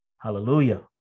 Hallelujah